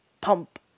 pump